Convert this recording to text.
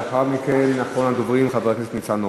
לאחר מכן, אחרון הדוברים, חבר הכנסת ניצן הורוביץ.